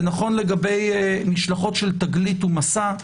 זה נכון לגבי משלחות של תגלית ומסע,